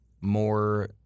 more